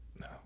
No